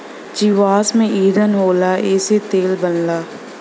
जीवाश्म ईधन होला एसे तेल बनला